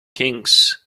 kings